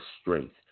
strength